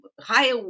higher